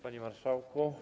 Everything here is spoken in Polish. Panie Marszałku!